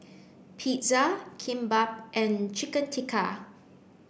Pizza Kimbap and Chicken Tikka